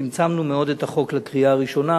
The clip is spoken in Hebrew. צמצמנו מאוד את החוק המובא לקריאה ראשונה